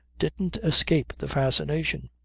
didn't escape the fascination.